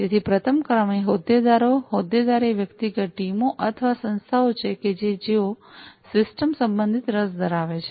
તેથી પ્રથમ ક્રમે હોદ્દેદાર હોદ્દેદારો એ વ્યક્તિગત ટીમો અથવા સંસ્થાઓ છે કે જેઓ સિસ્ટમ સંબંધિત રસ ધરાવે છે